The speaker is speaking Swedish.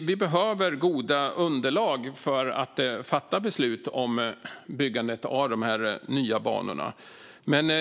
Vi behöver goda underlag för att fatta beslut om byggandet av de nya banorna.